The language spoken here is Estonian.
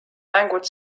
mängud